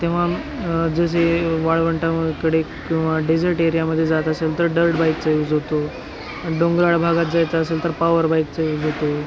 तेव्हा जसे वाळवंटाकडे किंवा डेझर्ट एरियामध्ये जात असेल तर डर्ट बाईकचा यूज होतो डोंगराळ भागात जायचं असेल तर पावर बाईकचा यूज होतो